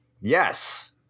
yes